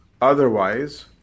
Otherwise